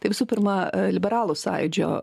tai visų pirma liberalų sąjūdžio